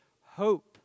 Hope